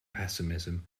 pessimism